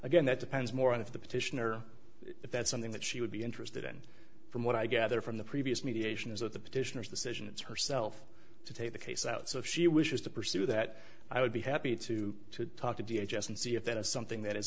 again that depends more on if the petitioner if that's something that she would be interested in from what i gather from the previous mediation is that the petitioners decision it's herself to take the case out so if she wishes to pursue that i would be happy to talk to v h s and see if that is something that is